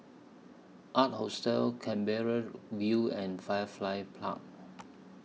Ark Hostel Canberra View and Firefly Park